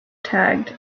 tagged